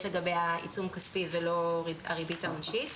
לגביה עיצום כספי ולא הריבית העונשית.